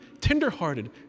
tenderhearted